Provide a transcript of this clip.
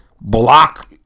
block